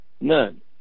None